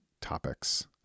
topics